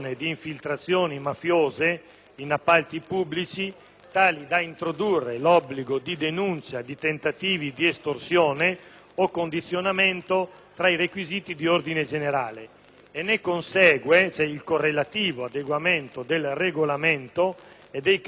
tali da introdurre l'obbligo di denuncia di tentativi di estorsione o condizionamento fra i requisiti di ordine generale. Ne consegue il correlativo adeguamento del regolamento e dei capitolati di lavori pubblici, servizi e forniture.